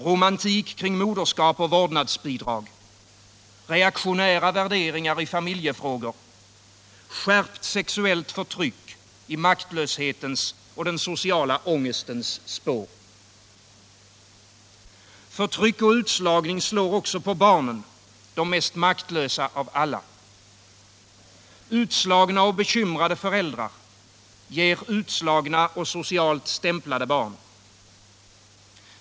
Romantik kring moderskap och vårdnadsbidrag. Reaktionära värderingar i familjefrågor. Skärpt sexuellt förtryck i maktlöshetens och den sociala ångestens spår. Förtryck och utslagning slår också på barnen, de mest maktlösa av alla. Utslagna och bekymrade föräldrar ger utslagna och socialt stämplade barn.